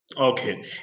Okay